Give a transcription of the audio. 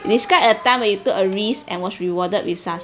describe a time when you took a risk and was rewarded with